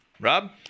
Rob